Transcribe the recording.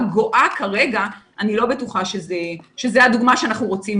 להחזיר